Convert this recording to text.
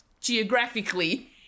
geographically